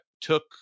took